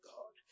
God